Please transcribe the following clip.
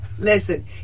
listen